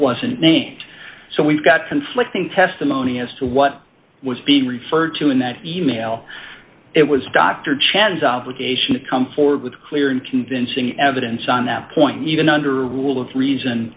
wasn't named so we've got conflicting testimony as to what was being referred to in that e mail it was dr chan's obligation to come forward with clear and convincing evidence on that point even under rule of reason